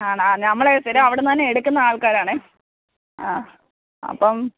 ആണോ ഞമ്മൾ സ്ഥിരം അവിടുന്ന് തന്നെ എടുക്കുന്ന ആൾക്കാരാണ് ആ അപ്പം